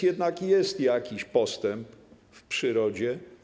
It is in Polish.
Jednak jest jakiś postęp w przyrodzie.